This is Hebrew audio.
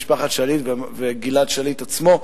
משפחת שליט וגלעד שליט עצמו,